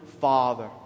father